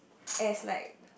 as like